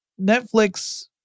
Netflix